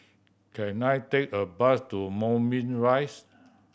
can I take a bus to Moulmein Rise